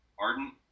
ardent